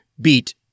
beat